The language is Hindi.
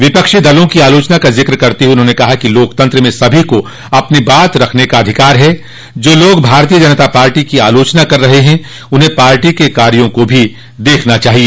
विपक्षी दलों की आलोचना का जिक्र करते हुए उन्होंने कहा कि लोकतंत्र में सभी को अपनी बात रखने का अधिकार है जो लोग भारतीय जनता पार्टी की आलोचना कर रहे हैं उन्हें पार्टी के कार्यो को भी देखना चाहिए